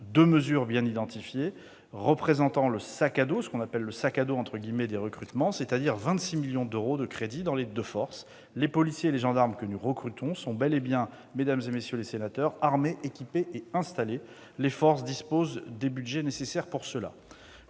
deux mesures bien identifiées représentant le « sac à dos des recrutements », c'est-à-dire 26 millions d'euros de crédits dans les deux forces. Les policiers et les gendarmes que nous recrutons sont donc bel et bien, mesdames, messieurs les sénateurs, armés, équipés et installés : les forces disposent des budgets nécessaires pour cela.